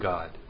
God